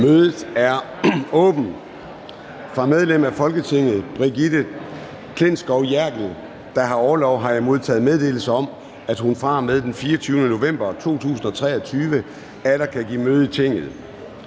Mødet er åbnet. Fra medlem af Folketinget Brigitte Klintskov Jerkel (KF), der har orlov, har jeg modtaget meddelelse om, at hun fra og med den 24. november 2023 atter kan give møde i Tinget.